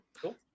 Cool